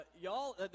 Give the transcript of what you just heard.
y'all